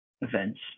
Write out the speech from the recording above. events